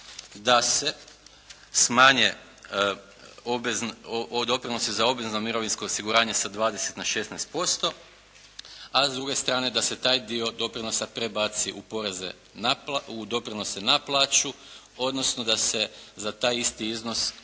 da se smanje doprinosi za obvezno mirovinsko osiguranje sa 20 na 16% a s druge strane da se taj dio doprinosa prebaci u doprinose na plaću odnosno da se za taj isti iznos